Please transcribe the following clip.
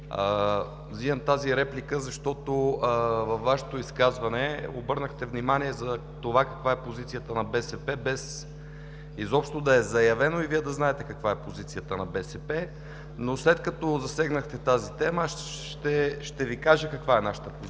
взимам тази реплика, защото във Вашето изказване обърнахте внимание за това каква е позицията на БСП, без изобщо да е заявена и Вие да знаете каква е тя. Но след като засегнахте тази тема, ще Ви кажа каква е нашата позиция.